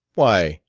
why,